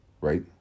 right